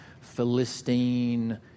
Philistine